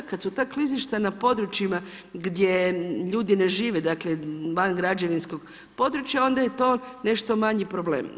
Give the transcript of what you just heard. Kad su ta klizišta na područjima gdje ljudi ne žive, dakle, van građevinskog područja, onda je to nešto manji problem.